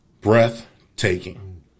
breathtaking